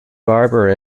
barber